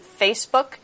Facebook